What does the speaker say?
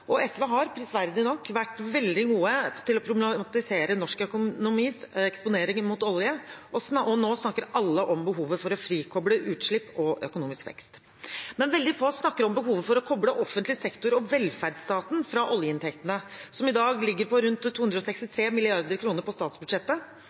måte. SV har – prisverdig nok – vært veldig gode til å problematisere norsk økonomis eksponeringer mot olje, og nå snakker alle om behovet for å frikoble utslipp og økonomisk vekst. Men veldig få snakker om behovet for å koble offentlig sektor og velferdsstaten fra oljeinntektene, som i dag ligger på rundt